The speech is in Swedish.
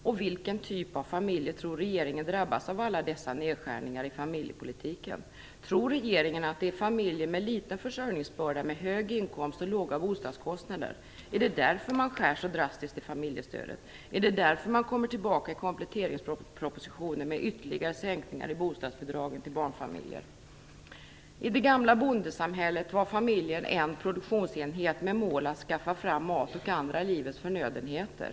Och vilken typ av familjer tror regeringen drabbas av alla dessa nedskärningar i familjepolitiken? Tror regeringen att det är familjer med liten försörjningsbörda, med höga inkomster och låga bostadskostnader? Är det därför man skär så drastiskt i familjestödet? Är det därför man kommer tillbaka i kompletteringspropositionen med ytterligare sänkningar i bostadsbidragen till barnfamiljer? I det gamla bondesamhället var familjen en produktionsenhet med målet att skaffa fram mat och andra livets förnödenheter.